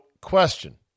question